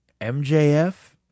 MJF